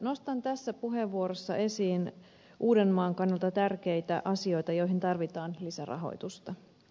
nostan tässä puheenvuorossa esiin uudenmaan kannalta tärkeitä asioita joihin tarvitaan lisärahoitusta